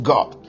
God